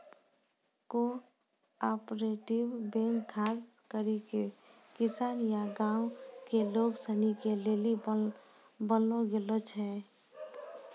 cooperative bank खास करी के किसान या गांव के लोग सनी के लेली बनैलो गेलो छै